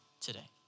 today